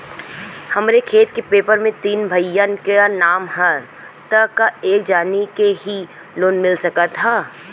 हमरे खेत के पेपर मे तीन भाइयन क नाम ह त का एक जानी के ही लोन मिल सकत ह?